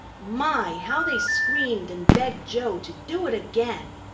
my! how they screamed and begged joe to do it again.